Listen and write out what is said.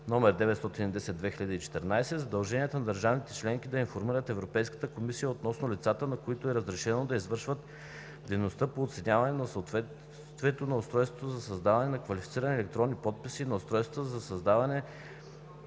№ 910/2014 задължения на държавите членки да информират Европейската комисия относно лицата, на които е разрешено да извършват дейност по оценяване на съответствието на устройствата за създаване на квалифицирани електронни подписи и на устройствата за създаване